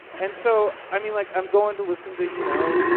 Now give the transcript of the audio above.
and so, i mean, like, i'm going to listen to, you know,